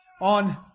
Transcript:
on